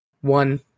One